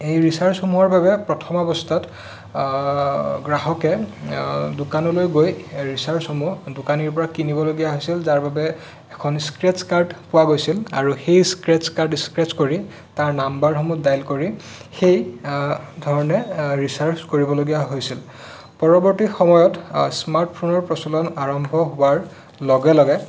এই ৰিচাৰ্জসমূহৰ বাবে প্ৰথম অৱস্থাত গ্ৰাহকে দোকানলৈ গৈ ৰিচাৰ্জসমূহ দোকানীৰ পৰা কিনিবলগীয়া হৈছিল যাৰবাবে এখন স্ক্ৰেট্চ কাৰ্ড পোৱা গৈছিল আৰু সেই স্ক্ৰেট্চ কাৰ্ড স্ক্ৰেট্চ কৰি তাৰ নাম্বাৰসমূহ ডাইল কৰি সেই ধৰণে ৰিচাৰ্জ কৰিবলগীয়া হৈছিল পৰৱৰ্তী সময়ত স্মাৰ্টফোনৰ প্ৰচলন আৰম্ভ হোৱাৰ লগে লগে